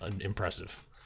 impressive